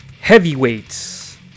heavyweights